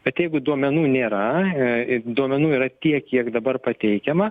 kad jeigu duomenų nėra duomenų yra tiek kiek dabar pateikiama